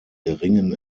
geringen